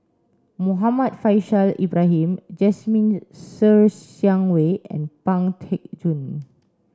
Muhammad Faishal Ibrahim Jasmine Ser Xiang Wei and Pang Teck Joon